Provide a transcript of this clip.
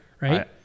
right